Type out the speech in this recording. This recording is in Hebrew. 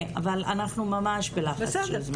אבל אנחנו ממש בלחץ של זמן,